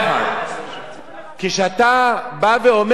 כשאתה בא ואומר שבמקרים מיוחדים